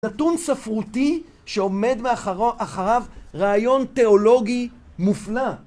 סתום ספרותי שעומד מאחריו רעיון תיאולוגי מופלא.